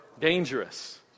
dangerous